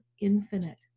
infinite